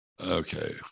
Okay